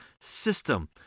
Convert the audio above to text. system